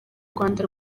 rwanda